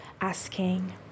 asking